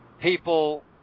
people